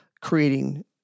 creating